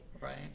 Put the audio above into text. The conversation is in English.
right